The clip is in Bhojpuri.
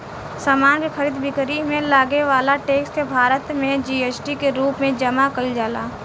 समान के खरीद बिक्री में लागे वाला टैक्स के भारत में जी.एस.टी के रूप में जमा कईल जाला